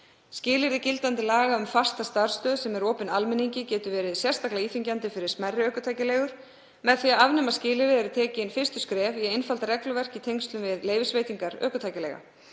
Skilyrði gildandi laga um fasta starfsstöð sem er opin almenningi getur verið sérstaklega íþyngjandi fyrir smærri ökutækjaleigur. Með því að afnema skilyrðin eru stigin fyrstu skref í að einfalda regluverk í tengslum við leyfisveitingar ökutækjaleiga.